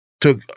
took